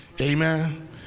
Amen